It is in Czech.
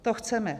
To chceme.